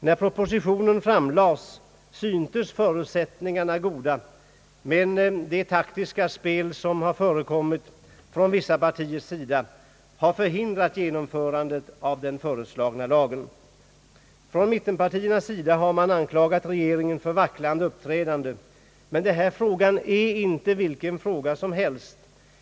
När propositionen framlades syntes förutsättningarna goda, men det taktiska spel som förekommit från vissa partier har förhindrat genomförandet av den föreslagna lagen. Mittenpartierna har anklagat regeringen för vacklande uppträdande, men denna fråga är inte vilken fråga som helst.